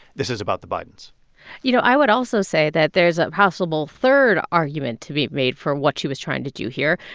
this is about the bidens you know, i would also say that there's a possible third argument to be made for what she was trying to do here,